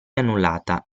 annullata